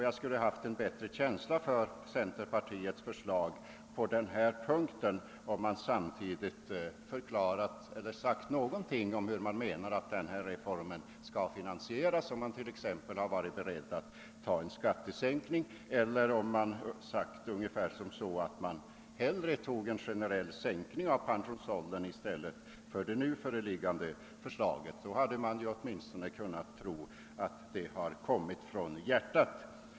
Jag skulle haft bättre förståelse för centerpartiets förslag på denna punkt om man samtidigt sagt någonting om hur man menar att reformen skall finansieras — om man t.ex. varit beredd att acceptera en skattehöjning eller om man uttalat att man velat ha ett förslag om en allmän sänkning av pensionsåldern i stället för det nu föreliggande förslaget. Då hade det verkat som om förslaget kom från hjärtat.